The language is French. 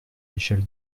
michèle